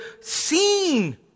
seen